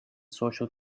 social